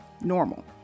normal